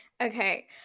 Okay